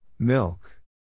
Milk